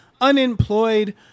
unemployed